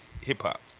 hip-hop